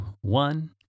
one